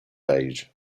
age